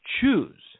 choose